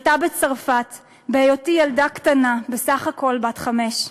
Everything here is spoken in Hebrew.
הייתה בהיותי ילדה קטנה, בסך הכול בת חמש,